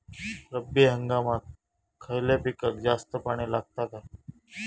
रब्बी हंगामात खयल्या पिकाक जास्त पाणी लागता काय?